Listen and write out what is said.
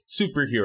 superhero